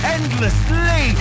Endlessly